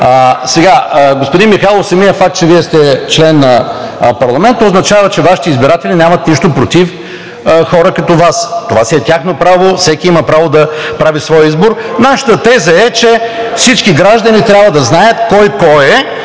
бъдеще. Господин Михайлов, самият факт, че Вие сте член на парламента, означава, че Вашите избиратели нямат нищо против хора като Вас. Това си е тяхно право, всеки има право да прави своя избор, но нашата теза е, че всички граждани трябва да знаят кой кой е